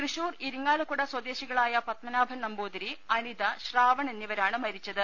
തൃശൂർ ഇരിങ്ങാലക്കുട സ്വദേശികളായ പത്മനാഭൻ നമ്പൂതിരി അനിത ശ്രാവൺ എന്നിവരാണ് മരിച്ചത്